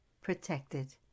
protected